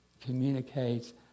communicates